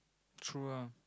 true ah